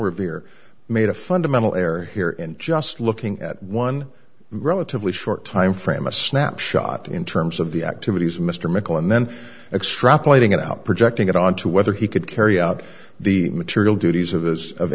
revere made a fundamental error here and just looking at one relatively short time frame a snapshot in terms of the activities of mr mickel and then extrapolating it out projecting it onto whether he could carry out the material duties of as of